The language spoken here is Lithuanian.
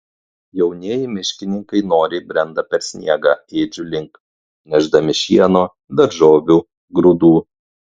jaunieji miškininkai noriai brenda per sniegą ėdžių link nešdami šieno daržovių grūdų